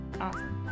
Awesome